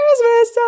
Christmas